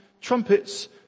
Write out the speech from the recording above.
trumpets